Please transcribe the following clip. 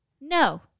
No